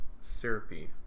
syrupy